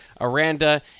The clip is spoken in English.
Aranda